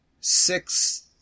six